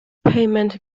payment